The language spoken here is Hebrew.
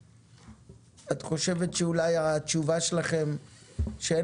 את חושבת שאולי התשובה שלכם היא שאין